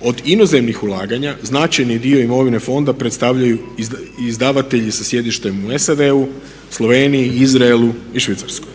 Od inozemnih ulaganja značajni dio imovine fonda predstavljaju izdavatelji sa sjedištem u SAD-u, Sloveniji, Izraelu i Švicarskoj.